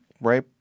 right